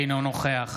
אינו נוכח